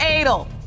Adel